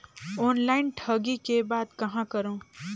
Online ठगी के बाद कहां करों?